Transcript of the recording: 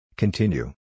Continue